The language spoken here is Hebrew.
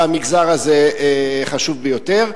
והמגזר הזה חשוב ביותר.